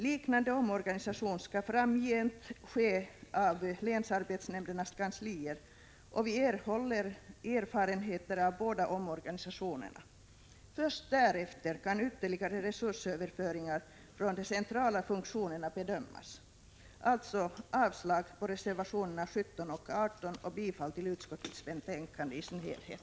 Liknande omorganisation skall framgent ske av länsarbetsnämndernas kanslier, och vi kommer att erhålla erfarenheter av båda omorganisationerna. Först därefter kan ytterligare resursöverföringar från de centrala funktionerna bedömas. Jag yrkar alltså avslag på reservationerna 17 och 18 och bifall till utskottets hemställan i dess helhet.